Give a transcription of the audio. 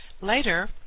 Later